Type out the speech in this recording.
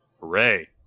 Hooray